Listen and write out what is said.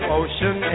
ocean